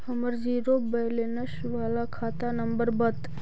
हमर zero balance बाला खाता नम्बर बत?